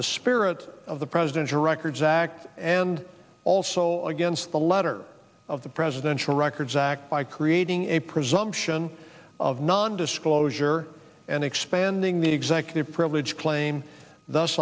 the spirit of the presidential records act and also against the letter of the presidential records act by creating a presumption of non disclosure and expanding the executive privilege claim th